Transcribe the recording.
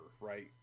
right